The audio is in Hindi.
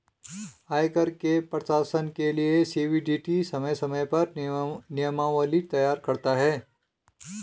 आयकर के प्रशासन के लिये सी.बी.डी.टी समय समय पर नियमावली तैयार करता है